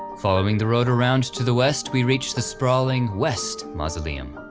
following the road around to the west we reached the sprawling west mausoleum.